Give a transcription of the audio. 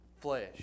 flesh